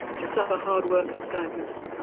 to suffer hard work and sadness,